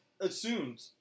assumed